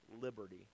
liberty